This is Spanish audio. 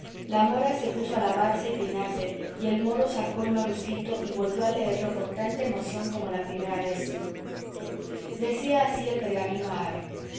la mora se puso a lavarse y peinarse y el moro sacó el manuscrito y volvió a leerlo con tanta emoción como la primera vez decía así el pergamino árabe